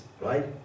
right